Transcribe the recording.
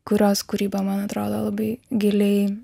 kurios kūryba man atrodo labai giliai